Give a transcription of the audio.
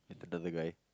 with another guy